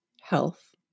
health